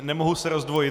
Nemohu se rozdvojit.